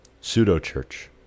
pseudo-church